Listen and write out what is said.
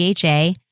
DHA